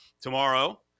tomorrow